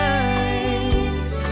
eyes